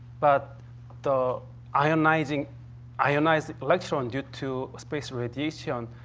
but the ionizing ionized electron due to space radiation,